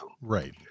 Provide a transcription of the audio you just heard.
Right